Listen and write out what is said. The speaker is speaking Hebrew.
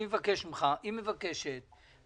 היא מבקשת ממך,